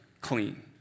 clean